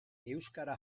euskara